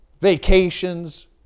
vacations